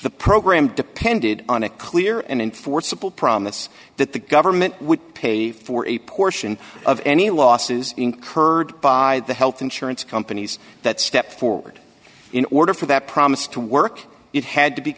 the program depended on a clear and enforceable promise that the government would pay for a portion of any losses incurred by the health insurance companies that stepped forward in order for that promise to work it had to be